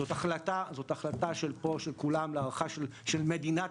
זו החלטה של פה של כולם להערכה של מדינת